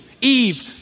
Eve